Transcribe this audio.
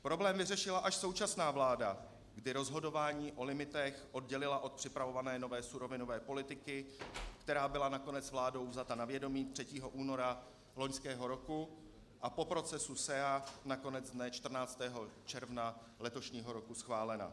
Problém vyřešila až současná vláda, kdy rozhodování o limitech oddělila od připravované nové surovinové politiky, která byla nakonec vládou vzata na vědomí 3. února loňského roku, a po procesu SEA nakonec dne 14. června letošního roku schválena.